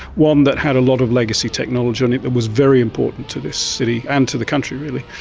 one that had a lot of legacy technology and that was very important to this city and to the country really.